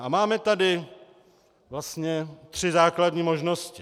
A máme tady vlastně tři základní možnosti.